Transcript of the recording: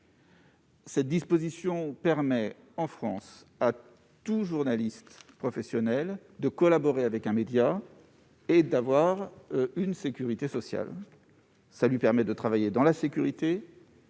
Cette disposition permet en France à tout journaliste professionnel de collaborer avec un média, d'avoir une sécurité sociale, de travailler dans la sécurité,